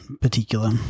particular